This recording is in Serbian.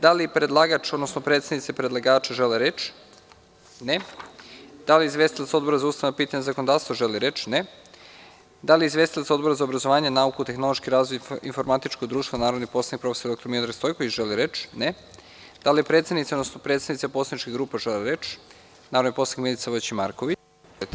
Da li predlagač, odnosno predstavnici predlagača žele reč? (Ne) Da li izvestilac Odbora za ustavna pitanja i zakonodavstvo želi reč? (Ne) Da li izvestilac Odbora za obrazovanje, nauku, tehnološki razvoj i informatičko društvo, narodni poslanik prof. dr Miodrag Stojković želi reč? (Ne) Da li predsednici, odnosno predstavnici poslaničkih grupa žele reč? (Da) Reč ima narodni poslanik Milica Vojić Marković.